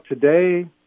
today